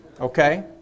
okay